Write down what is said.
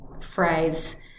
phrase